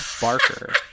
Barker